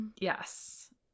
Yes